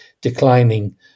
declining